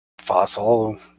fossil